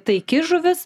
taiki žuvis